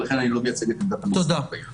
לכן אני לא מייצג את עמדת המשרד בעניין הזה.